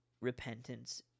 Repentance